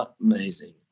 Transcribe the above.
amazing